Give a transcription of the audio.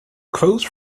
close